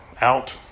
out